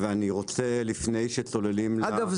לפני שצוללים -- אגב,